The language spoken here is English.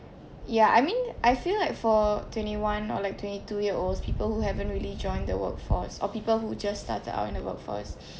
ya I mean I feel like for twenty-one or like twenty-two year old's people who haven't really join the workforce or people who just started out in the workforce